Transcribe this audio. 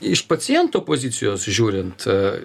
iš paciento pozicijos žiūrint